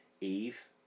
eve